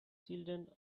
children